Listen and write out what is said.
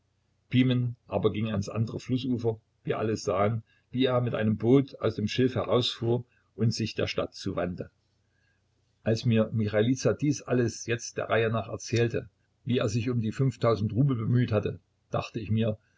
pimen aber ging ans andere flußufer wir alle sahen wie er mit einem boot aus dem schilf herausfuhr und sich der stadt zuwandte als michailiza mir jetzt dies alles der reihe nach erzählte wie er sich um die fünftausend rubel bemüht hatte dachte ich mir